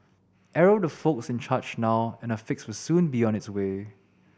arrow the folks in charge now and a fix will soon be on its way